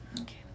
Okay